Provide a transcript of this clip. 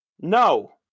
no